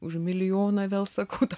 už milijoną vėl sakau tą